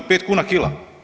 5 kuna kila?